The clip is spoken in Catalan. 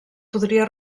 podria